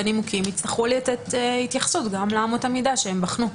בנימוקים הצטרכו לתת התייחסות גם לאמות המידה שהם בחנו.